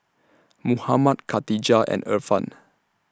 Muhammad Khatijah and Irfan